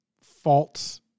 faults